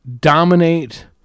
dominate